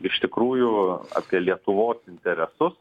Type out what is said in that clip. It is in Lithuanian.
iš tikrųjų apie lietuvos interesus